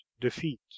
defeat